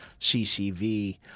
CCV